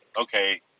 okay